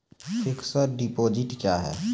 Fixed deposit क्या हैं?